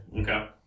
Okay